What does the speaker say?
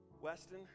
Weston